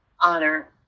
honor